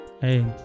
Hey